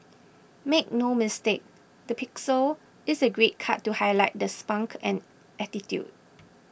make no mistake the pixel is a great cut to highlight the spunk and attitude